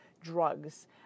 drugs